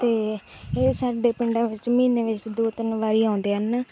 ਅਤੇ ਇਹ ਸਾਡੇ ਪਿੰਡਾਂ ਵਿੱਚ ਮਹੀਨੇ ਵਿੱਚ ਦੋ ਤਿੰਨ ਵਾਰੀ ਆਉਂਦੇ ਹਨ